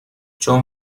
چون